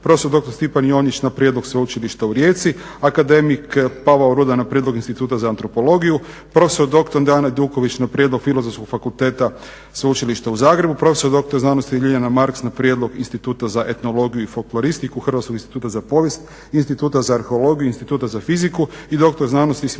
doktor Stipan Jonjić na prijedlog sveučilišta u Rijeci, akademik Pavao Rudan na prijedlog instituta za antropologiju, profesor doktor Dean Ajduković na prijedlog filozofskog fakulteta sveučilišta u Zagrebu, profesor doktor znanosti Ljiljana Marks na prijedlog instituta za etnologiju i folkloristiku hrvatskog instituta za povijest, instituta za arheologiju, instituta za fiziku i doktor znanosti